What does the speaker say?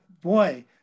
boy